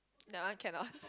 that one cannot